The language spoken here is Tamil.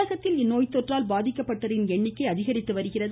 தமிழகத்தில் இந்நோய் தொற்றால் பாதிக்கப்படுவோரின் எண்ணிக்கை அதிகரித்து வருகிறது